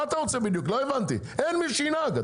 אין מי שינהג.